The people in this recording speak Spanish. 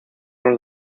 los